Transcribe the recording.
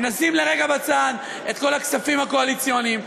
אם נשים לרגע בצד את כל הכספים הקואליציוניים,